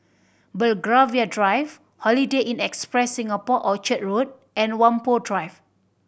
Belgravia Drive Holiday Inn Express Singapore Orchard Road and Whampoa Drive